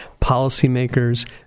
policymakers